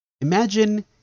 Imagine